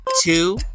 two